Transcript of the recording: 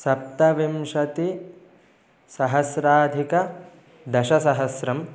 सप्तविंशतिसहस्राधिकदशसहस्रं